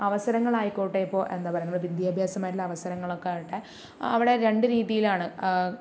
അവസരങ്ങൾ ആയിക്കോട്ടെ ഇപ്പോൾ എന്താ പറയുക നമ്മളുടെ വിദ്യാഭ്യാസമായിട്ടുള്ള അവസരങ്ങൾ ഒക്കെ ആകട്ടെ അവിടെ രണ്ട് രീതിയിലാണ്